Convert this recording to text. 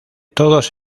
todos